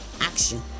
action